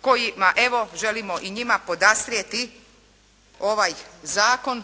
kojima evo želimo i njima podastrijeti ovaj zakon